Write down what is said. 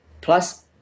plus